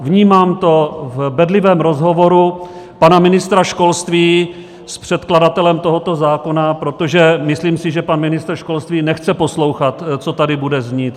Vnímám to v bedlivém rozhovoru pana ministra školství s předkladatelem tohoto zákona , protože myslím si, že pan ministr školství nechce poslouchat, co tady bude znít.